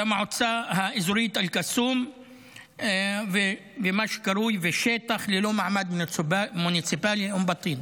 המועצה האזורית אל-קסום ומה שקרוי "שטח ללא מעמד מוניציפלי" אום בטין,